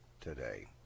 today